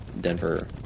Denver